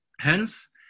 Hence